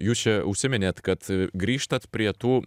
jūs čia užsiminėt kad grįžtat prie tų